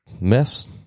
mess